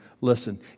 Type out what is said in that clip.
Listen